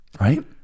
right